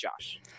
josh